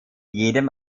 jedem